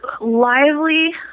lively